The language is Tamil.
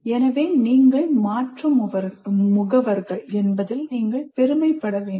எனவே நீங்கள் மாற்ற முகவர்கள் என்பதில் பெருமைப்பட வேண்டும்